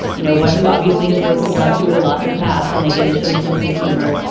you know, one who obviously has worked with jon stewart a lot in the past. and they get each other senses of humor,